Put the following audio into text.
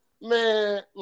Man